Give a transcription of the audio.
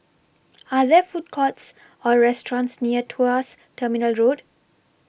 Are There Food Courts Or restaurants near Tuas Terminal Road